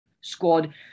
squad